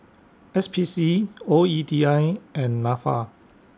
S P C O E T I and Nafa